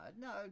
no